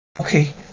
Okay